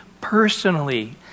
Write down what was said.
personally